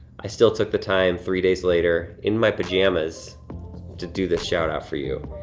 i still took the time three days later in my pajamas to do this shout-out for you.